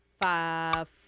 Five